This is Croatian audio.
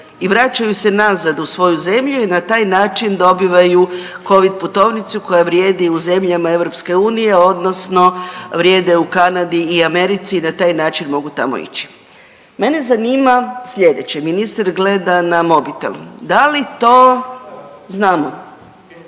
i vraćaju se nazad u svoju zemlju i na taj način dobivaju Covid putovnicu koja vrijedi u zemljama Europske unije odnosno vrijede u Kanadi i Americi i na taj način mogu tamo ići. Mene zanima sljedeće. Ministar gleda na mobitel. Da li to znamo,